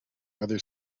other